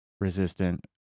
Resistant